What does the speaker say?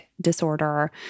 disorder